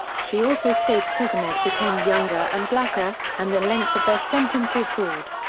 she also states prisoners became younger and blacker, and the length of their sentences soared.